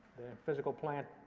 physical plant,